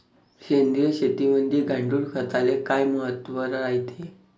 सेंद्रिय शेतीमंदी गांडूळखताले काय महत्त्व रायते?